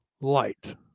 light